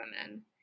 women